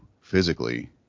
physically